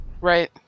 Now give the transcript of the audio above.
Right